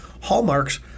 hallmarks